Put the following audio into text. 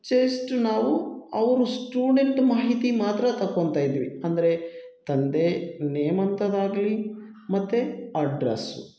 just ನಾವು ಅವ್ರ student ಮಾಹಿತಿ ಮಾತ್ರ ತಗೊಳ್ತಾಯಿದ್ವಿ ಅಂದರೆ ತಂದೆ ನೇಮ್ ಅಂತದ್ದಾಗ್ಲಿ ಮತ್ತು ಅಡ್ರಸ್ಸು